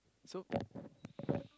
so